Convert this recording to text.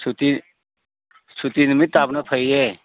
ꯁꯨꯇꯤ ꯁꯨꯇꯤ ꯅꯨꯃꯤꯠ ꯇꯥꯕꯅ ꯐꯩꯌꯦ